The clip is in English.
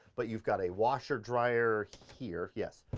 but you've got a washer dryer here. yes,